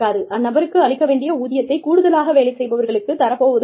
அந்நபருக்கு அளிக்க வேண்டிய ஊதியத்தைக் கூடுதலாக வேலை செய்பவர்களுக்கு தரப் போவதும் இல்லை